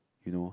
you know